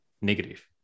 negative